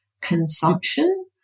consumption